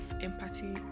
empathy